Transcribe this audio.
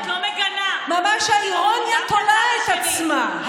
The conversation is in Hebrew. את לא מגנה, ממש, האירוניה תולה את עצמה.